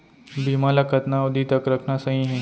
बीमा ल कतना अवधि तक रखना सही हे?